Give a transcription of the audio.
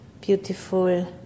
beautiful